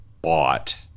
bought